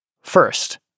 First